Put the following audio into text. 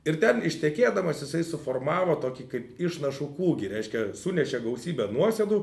ir ten ištekėdamas jisai suformavo tokį kaip išnašų kūgį reiškia sunešė gausybę nuosėdų